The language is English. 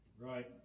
Right